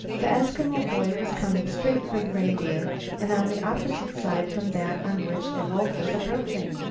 the eskimo boy was coming straight for the reindeer and on the opposite side from that on which the wolf was approaching.